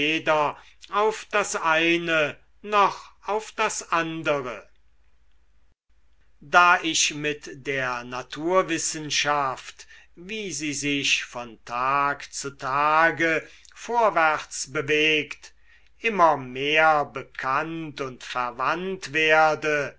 auf das eine noch auf das andere da ich mit der naturwissenschaft wie sie sich von tag zu tage vorwärts bewegt immer mehr bekannt und verwandt werde